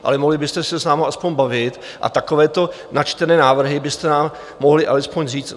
Ale mohli byste se s námi aspoň bavit a takovéto načtené návrhy byste nám mohli alespoň říct.